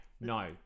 no